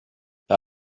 par